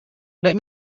let